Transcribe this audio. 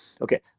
Okay